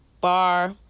bar